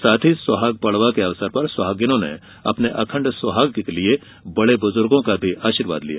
साथ ही सुहाग पड़वा के अवसर पर सुहागिनों ने अपने अखंड सुहाग के लिये बड़े बुज़ूर्गो का भी आशीर्वाद लिया